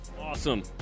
Awesome